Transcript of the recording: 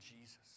Jesus